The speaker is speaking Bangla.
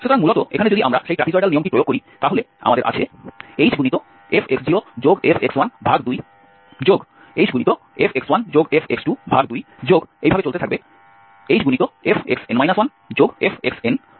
সুতরাং মূলত এখানে যদি আমরা সেই ট্র্যাপিজয়েডাল নিয়মটি প্রয়োগ করি তাহলে আমাদের আছে hfx0fx12hfx1fx22hfxn 1f2